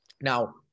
Now